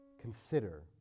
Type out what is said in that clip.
consider